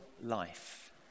life